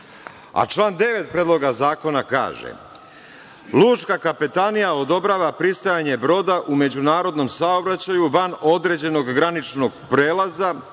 A član 9. Predloga zakona kaže